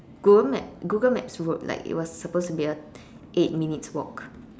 Google map Google maps wrote like it was supposed to be a eight minutes walk